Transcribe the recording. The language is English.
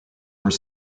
were